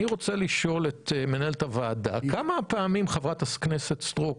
אני רוצה לשאול את מנהלת הוועדה כמה פעמים חברת הכנסת סטרוק